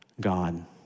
God